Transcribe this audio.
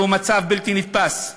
זהו מצב בלתי נתפס,